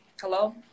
Hello